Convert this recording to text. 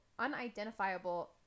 unidentifiable